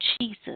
Jesus